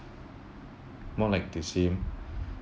more like it seem